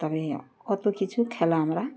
তবে কতো কিছু খেলা আমরা